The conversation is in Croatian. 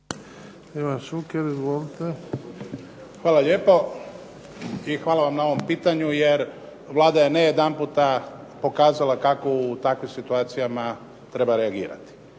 Hvala lijepo. I hvala vam na ovom pitanju, jer Vlada je ne jedanputa pokazala kako u takvim situacijama treba reagirati.